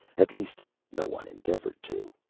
at least no one endeavored to.